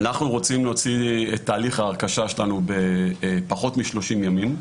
אנחנו רוצים להוציא את תהליך ההרכשה שלנו בפחות מ-30 ימים.